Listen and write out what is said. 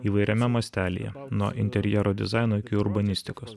įvairiame mastelyje nuo interjero dizaino iki urbanistikos